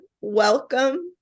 welcome